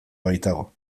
baitago